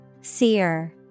Seer